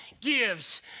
gives